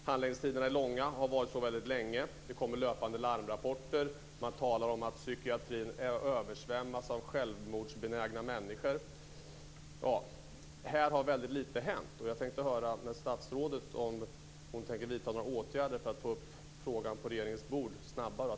Handläggningstiderna är långa och har varit så väldigt länge. Det kommer löpande larmrapporter. Man talar om att psykiatrin översvämmas av självmordsbenägna människor. Här har väldigt lite hänt.